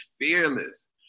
fearless